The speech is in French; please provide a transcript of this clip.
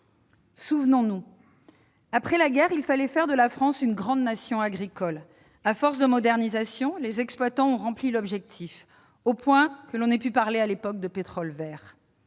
Souvenons-nous, après la guerre, il fallait faire de la France une grande nation agricole. À force de modernisation, les exploitants ont atteint l'objectif, au point que l'on a pu parler à l'époque de « pétrole vert